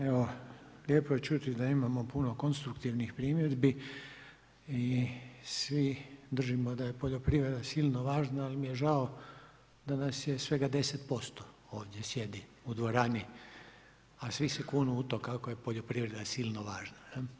Evo, lijepo je čuti da imamo puno konstruktivnih primjedbi i svi držimo da je poljoprivreda silno važna ali mi je žao da nas je svega 10%, ovdje sjedi u dvorani a svi se kunu u to kako je poljoprivreda silno važna.